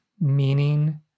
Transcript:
meaning